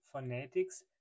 phonetics